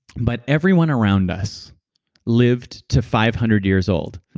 but everyone around us lived to five hundred years old,